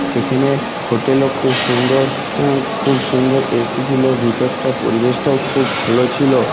সেখানে হোটেলও খুব সুন্দর খুব সুন্দর এসি ছিলো ভিতরটা পরিবেশটাও খুব ভালো ছিলো